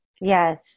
Yes